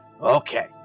Okay